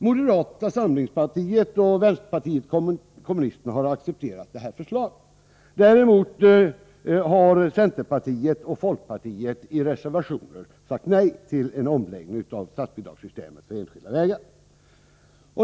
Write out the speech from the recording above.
Moderaterna och vänsterpartiet kommunisterna har accepterar det här förslaget. Däremot har centerpartiet och folkpartiet i reservationer sagt nej till en omläggning av statsbidragssys temet för enskilda vägar.